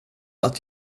att